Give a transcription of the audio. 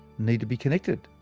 need to be connected,